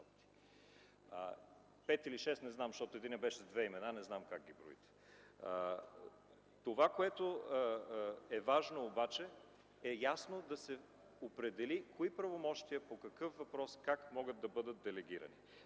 Пет или шест не знам, защото единият беше с две имена, не знам как ги броите. Важно е обаче ясно да се определи кои правомощия по какъв въпрос как могат да бъдат делегирани.